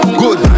good